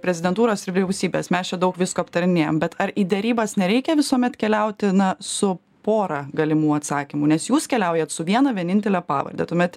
prezidentūros ir vyriausybės mes čia daug visko aptarinėjam bet ar į derybas nereikia visuomet keliauti na su porą galimų atsakymų nes jūs keliaujat su viena vienintele pavarde tuomet